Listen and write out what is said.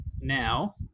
now